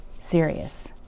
serious